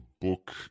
book